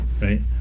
Right